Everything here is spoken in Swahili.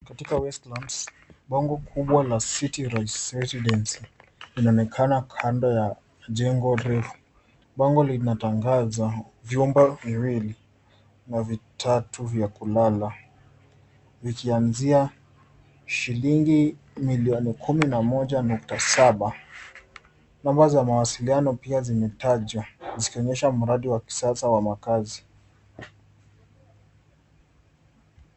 Katika Westlands, bango kubwa la City Rise Residency linaonekana kando ya jengo refu. Bango linatangaza vyumba viwili na vitatu vya kulala vikianzia shilingi milioni kumi na moja nukta saba. Namba za mawasiliano pia zimetajwa zikionyesha mradi wa kisasa wa makazi.